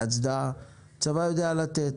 הצבא יודע לתת,